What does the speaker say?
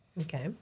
Okay